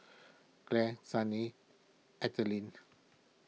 Clare Sunny Ethelene